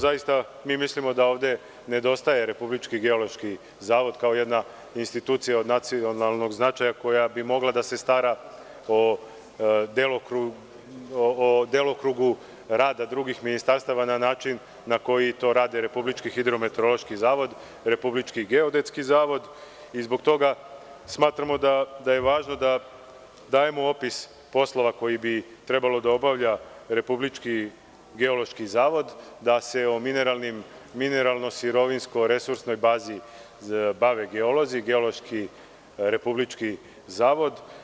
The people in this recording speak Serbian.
Zaista mi mislimo da ovde nedostaje Republički geološki zavod kao jedna institucija od nacionalnog značaja koja bi mogla da se stara o delokrugu rada drugih ministarstava na način na koji to rade Republički hidrometeorološki zavod, Republički geodetski zavod i zbog toga smatramo da je važno da dajemo opis poslova koji bi trebalo da obavlja Republički geološki zavod da se o mineralno sirovinsko-resurnoj bazi bave geolozi, Republički geološki zavod.